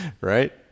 right